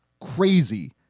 crazy